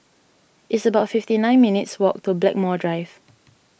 it's about fifty nine minutes' walk to Blackmore Drive